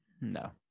No